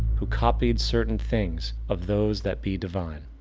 who copied certain things of those that be divine.